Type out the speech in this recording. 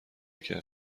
کرد